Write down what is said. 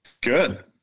good